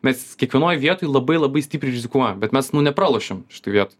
mes kiekvienoj vietoj labai labai stipriai rizikuojam bet mes nu nepralošiam šitoj viet